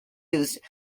used